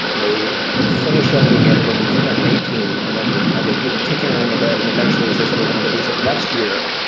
they finish editing it in two thousand and eighteen and then we're kind of, you know, tinkering of it. and eventually, as i said, we're going to release it next year.